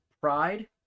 pride